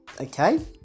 okay